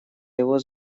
его